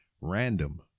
random